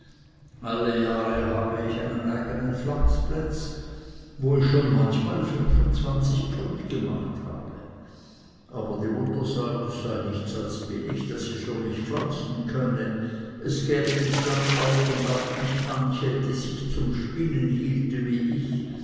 alle jahre habe ich einen eigenen flachsplätz wo ich schon manchmal fünfundzwanzig pfund gemacht habe aber die mutter sagt es sei nichts als billig daß ich für mich pflanzen könne es gäbte ds land auf und ab nicht manche die sich zum spinnen hielte wie ich